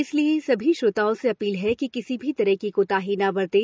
इसलिए सभी श्रोताओं से अपील है कि किसी भी तरह की कोताही न बरतें